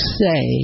say